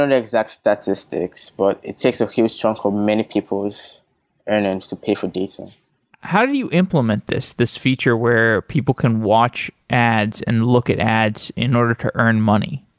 exact statistics, but it takes a huge chunk of many people's earnings to pay for data how do you implement this, this feature where people can watch ads and look at ads in order to earn money?